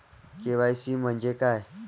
KYC म्हंजे काय?